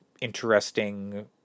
interesting